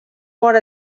more